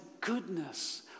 goodness